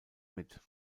mit